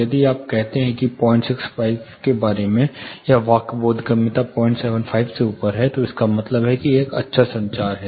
यदि आप कहते हैं कि यह 065 के बारे में है या वाक् बोधगम्यता 075 से ऊपर है तो इसका मतलब है कि यह अच्छा संचार है